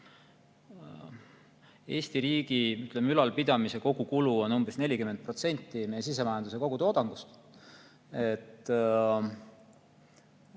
Eesti riigi ülalpidamise kogukulu on umbes 40% meie sisemajanduse kogutoodangust. Minu